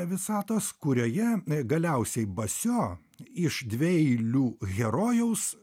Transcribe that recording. visatos kurioje galiausiai basio iš dvieilių herojaus